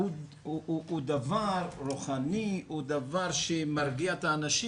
הוא יותר מעביר חומר,